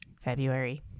February